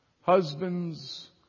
Husbands